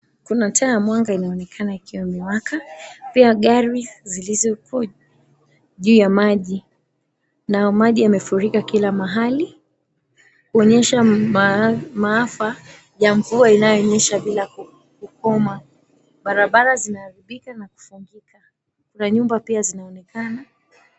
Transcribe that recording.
Kuna taa ya mwanga inaonekana ikiwa imewaka, pia gari zilizoko juu ya maji na maji yamefurika kila mahali kuonyesha maafa ya mvua inayonyesha bila kukoma, barabara zimeharibika na kufungika, kuna nyumba pia zinaonekana.